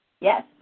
Yes